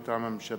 מטעם הממשלה,